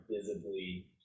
visibly